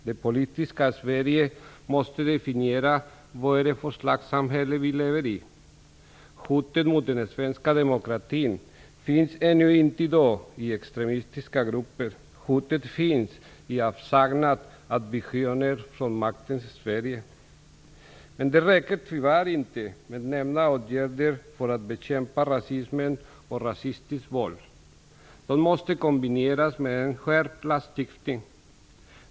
Det politiska Sverige måste definiera vad det är för slags samhälle vi lever i. Hotet mot den svenska demokratin finns ännu inte i dag i extremistiska grupper. Hotet finns i avsaknad av visioner från maktens Sverige. Men det räcker tyvärr inte med nämnda åtgärder för att bekämpa rasismen och rasistiskt våld. De måste kombineras med en skärpt lagstiftning.